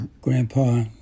Grandpa